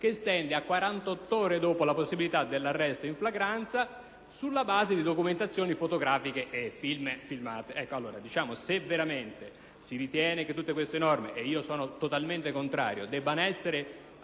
che estende alle 48 ore successive la possibilità dell'arresto in flagranza, sulla base di documentazioni fotografiche e filmate.